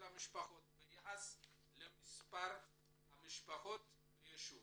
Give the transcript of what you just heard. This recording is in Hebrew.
המשפחות ביחס למספר המשפחות ביישוב.